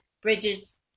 Bridges